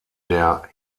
der